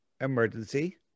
emergency